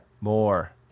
more